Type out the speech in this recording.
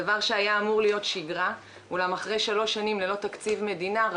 דבר שהיה אמור להיות שגרה אולם אחרי שלוש שנים ללא תקציב מדינה,